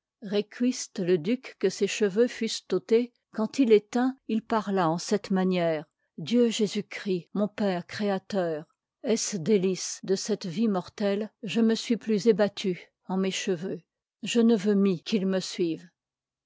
fequist lé duc que ses cheveux fussent ôtés quand il les tint il parla en cette manière dieu jésus-christ mon père créateur f abt is délices de cette vie mortelle je me sui iiv u plus ébattu en mes cheveux je ne veuf n mie qu'ils me suivent